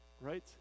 Right